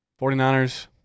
49ers